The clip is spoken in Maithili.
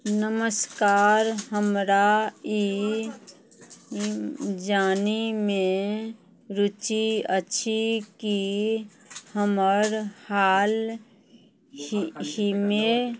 नमस्कार हमरा ई जानऽमे रुचि अछि कि हमर हाल ही मे